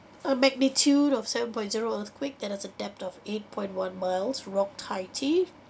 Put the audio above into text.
a magnitude of seven point zero earthquake that has a depth of eight point one miles rocked haiti